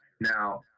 now